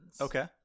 Okay